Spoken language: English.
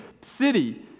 city